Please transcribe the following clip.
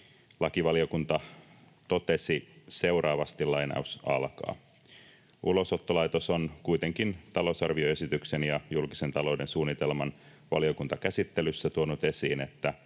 Lakivaliokunta totesi seuraavasti: ”Ulosottolaitos on kuitenkin talousarvioesityksen ja julkisen talouden suunnitelman valiokuntakäsittelyssä tuonut esiin,